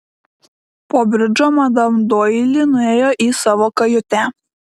po bridžo madam doili nuėjo į savo kajutę